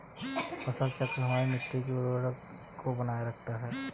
फसल चक्र हमारी मिट्टी की उर्वरता को बनाए रखता है